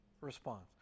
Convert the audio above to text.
response